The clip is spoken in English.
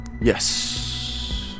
Yes